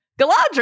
Galadriel